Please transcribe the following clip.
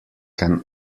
can